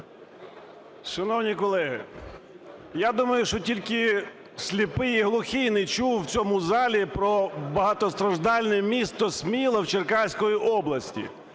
Шановні колеги, я думаю, що тільки сліпий і глухий не чув в цьому залі про багатостраждальне місто Сміла в Черкаській області.